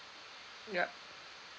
ya